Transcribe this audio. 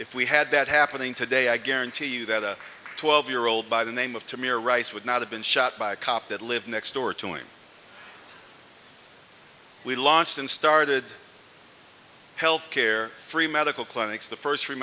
if we had that happening today i guarantee you that a twelve year old by the name of tamir rice would not have been shot by a cop that lived next door to him we launched and started health care free medical clinics the first free